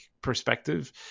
perspective